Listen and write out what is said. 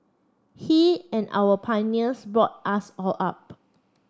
he and our pioneers brought us all up